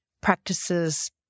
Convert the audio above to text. practices